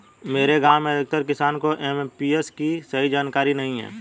मेरे गांव में अधिकतर किसान को एम.एस.पी की सही जानकारी नहीं है